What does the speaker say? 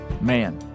Man